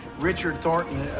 richard thornton,